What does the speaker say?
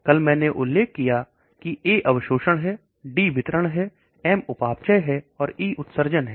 कल मैंने उल्लेख किया कि ए अवशोषण है डी वितरण है आप उपापचय है और ई उत्सर्जन है